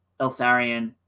Eltharion